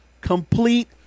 complete